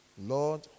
Lord